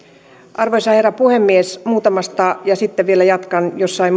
arvoisa herra puhemies sanon muutamasta asiasta ja sitten vielä jatkan jossain